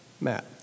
Matt